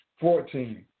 Fourteen